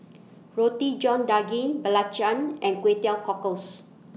Roti John Daging Belacan and Kway Teow Cockles